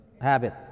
habit